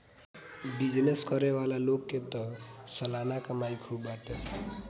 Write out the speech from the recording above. business करे वाला लोग के तअ सलाना कमाई खूब बाटे